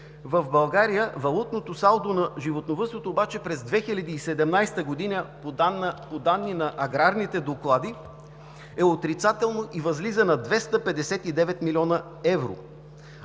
в България валутното салдо на животновъдството обаче през 2017 г. – по данни на аграрните доклади, е отрицателно и възлиза на 259 млн. евро,